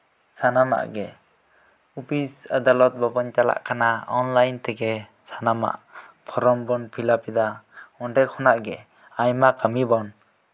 ᱥᱟᱱᱟᱢᱟᱜ ᱜᱮ ᱚᱯᱤᱥᱼᱟᱫᱟᱞᱚᱛ ᱵᱟᱵᱚᱱ ᱪᱟᱞᱟᱜ ᱠᱟᱱᱟ ᱚᱱᱞᱟᱭᱤᱱ ᱛᱮᱜᱮ ᱥᱟᱱᱟᱢᱟᱜ ᱯᱷᱨᱚᱢ ᱵᱚᱱ ᱯᱷᱤᱞᱟᱯᱮᱫᱟ ᱚᱸᱰᱮ ᱠᱷᱚᱱᱟᱜ ᱜᱮ ᱟᱭᱢᱟ ᱠᱟᱹᱢᱤ ᱵᱚᱱ